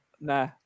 Nah